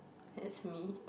that's me